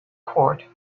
court